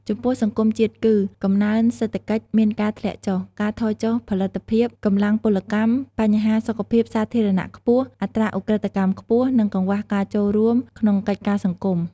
ចំពោះសង្គមជាតិគឺ កំណើនសេដ្ឋកិច្ចមានការធ្លាក់ចុះ ការថយចុះផលិតភាពកម្លាំងពលកម្ម បញ្ហាសុខភាពសាធារណៈខ្ពស់ អត្រាឧក្រិដ្ឋកម្មខ្ពស់ និងកង្វះការចូលរួមក្នុងកិច្ចការសង្គម។